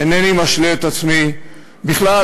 אינני משלה את עצמי בכלל,